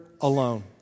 alone